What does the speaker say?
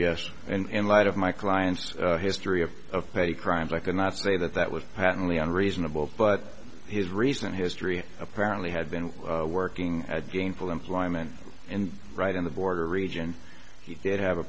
yes and in light of my client's history of of petty crimes i cannot say that that was patently unreasonable but his recent history apparently had been working at gainful employment and right on the border region he did have a